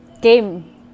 game